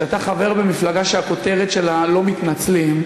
אתה חבר במפלגה שהכותרת שלה "לא מתנצלים";